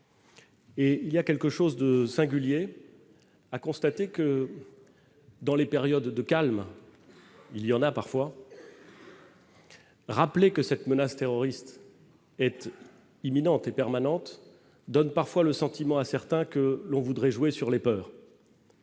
Et il y a quelque chose de singulier, a constaté que dans les périodes de calme, il y en a parfois. Rappeler que cette menace terroriste était imminente et permanente donne parfois le sentiment, à certains que l'on voudrait jouer sur les peurs.